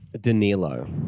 Danilo